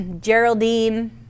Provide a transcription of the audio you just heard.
Geraldine